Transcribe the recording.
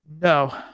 No